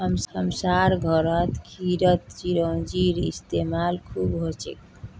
हमसार घरत खीरत चिरौंजीर इस्तेमाल खूब हछेक